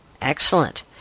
Excellent